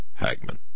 Hagman